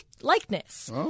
likeness